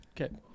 Okay